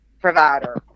provider